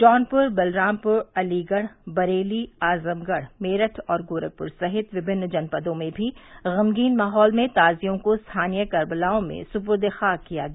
जौनपुर बलरामपुर अलीगढ बरेली आजमगढ़मेरठ और गोरखपुर सहित विभिन्न जनपदों में भी गमगीन माहौल में ताजियों को स्थानीय कर्बलाओं में सुपुर्द ए खाक किया गया